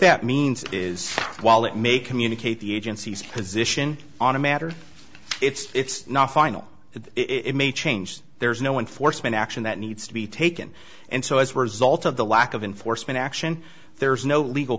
that means is while it may communicate the agency's position on a matter it's not final that it may change there's no one for spain action that needs to be taken and so as a result of the lack of enforcement action there's no legal